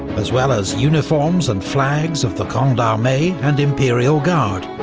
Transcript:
as well as uniforms and flags of the grande armee and imperial guard,